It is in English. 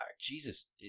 Jesus